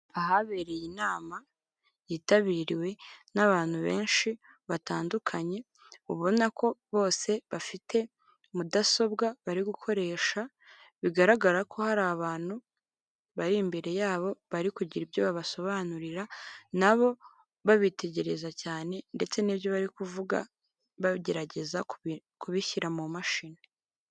Ahabereye inama yitabiriwe n'abantu benshi batandukanye, ubona ko bose bafite mudasobwa bari gukoresha, bigaragara ko hari abantu bari imbere yabo bari kugira ibyo babasobanurira, nabo babitegereza cyane ndetse n'ibyo bari kuvuga bagerageza kubishyira mu mashini.